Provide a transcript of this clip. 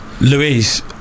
Louise